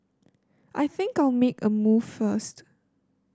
I think I'll make a move first